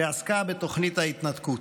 שעסקה בתוכנית ההתנתקות.